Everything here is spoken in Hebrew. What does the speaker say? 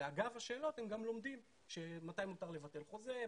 ואגב השאלות הם גם לומדים מתי מותר לבטל חוזה,